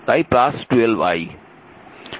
তাই 12i